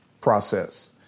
process